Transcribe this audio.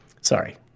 Sorry